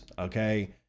Okay